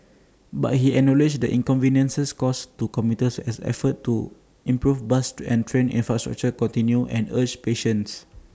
but he acknowledged the inconvenience caused to commuters as efforts to improve bus and train infrastructure continue and urged patience